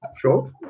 sure